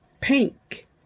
pink